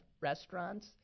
restaurants